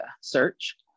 search